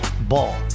Ball